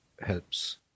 helps